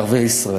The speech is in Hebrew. לערביי ישראל.